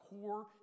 core